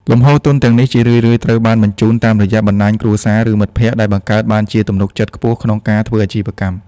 លំហូរទុនទាំងនេះជារឿយៗត្រូវបានបញ្ជូនតាមរយៈបណ្ដាញគ្រួសារ ឬមិត្តភក្ដិ ដែលបង្កើតបានជាទំនុកចិត្តខ្ពស់ក្នុងការធ្វើអាជីវកម្ម។